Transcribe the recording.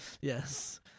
Yes